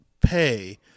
pay